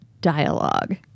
dialogue